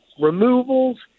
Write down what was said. removals